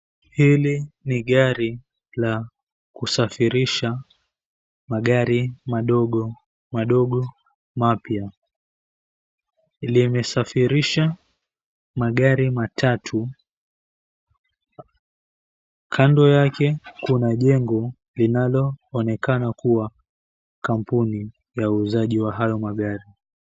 Hili ni gari la kusafirisha magari madogo madogo mapya. Limesafirisha magari matatu. Kando yake kuna jengo linaloonekana kuwa kampuni ya uuzaji wa hayo magari.